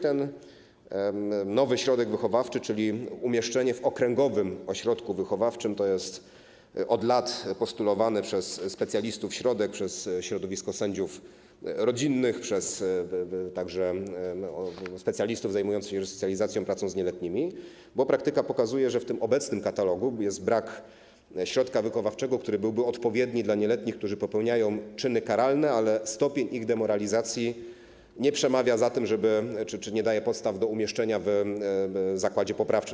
Ten nowy środek wychowawczy, czyli umieszczenie w okręgowym ośrodku wychowawczym, to jest od lat postulowany przez specjalistów środek, przez środowisko sędziów rodzinnych, także przez specjalistów zajmujących się resocjalizacją, pracą z nieletnimi, bo praktyka pokazuje, że w tym obecnym katalogu nie ma środka wychowawczego, który byłby odpowiedni dla nieletnich, którzy popełniają czyny karalne, ale stopień ich demoralizacji nie przemawia za zastosowaniem środka poprawczego czy nie daje podstaw do umieszczenia w zakładzie poprawczym.